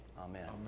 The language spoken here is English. amen